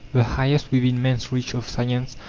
the highest within man's reach, of science,